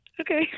Okay